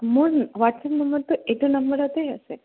মোৰ হোৱাটছআপ নম্বৰটো এইটো নাম্বাৰতে আছে